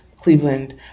Cleveland